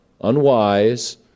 unwise